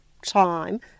time